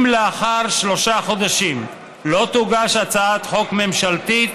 אם לאחר שלושה חודשים לא תוגש הצעת חוק ממשלתית,